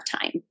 time